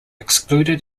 excluded